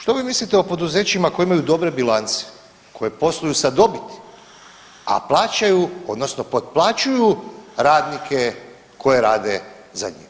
Što vi mislite o poduzećima koji imaju dobre bilance, koji posluju sa dobiti, a plaćaju odnosno potplaćuju radnike koji rade za njih.